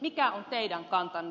mikä on teidän kantanne